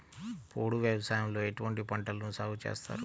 పోడు వ్యవసాయంలో ఎటువంటి పంటలను సాగుచేస్తారు?